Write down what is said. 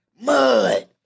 mud